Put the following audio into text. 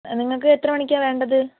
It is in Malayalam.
നിങ്ങൾക്ക് എത്ര മണിക്കാണ് വേണ്ടത്